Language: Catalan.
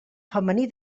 femení